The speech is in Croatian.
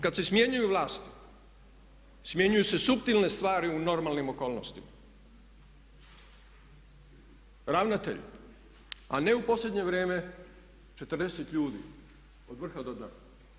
Kada se smjenjuju vlasti, smjenjuju se suptilne stvari u normalnim okolnostima, ravnatelj, a ne u posljednje vrijeme 40 ljudi od vrha do dna.